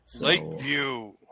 Lakeview